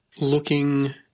looking